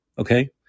Okay